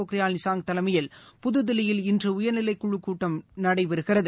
பொக்ரியால் நிஷாங் தலைமையில் புதுதில்லியில் இன்று உயர்நிலை குழு கூட்டம் நடைபெறுகிறது